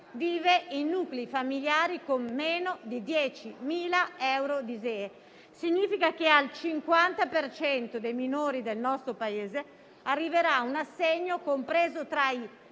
vive in nuclei familiari con meno di 10.000 euro di ISEE; ciò significa che al 50 per cento dei minori del nostro Paese arriverà un assegno compreso tra i